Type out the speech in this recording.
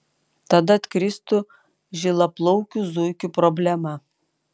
tada atkristų žilaplaukių zuikių problema